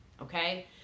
Okay